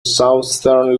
southern